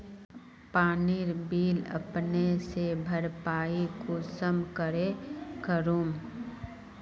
पानीर बिल अपने से भरपाई कुंसम करे करूम?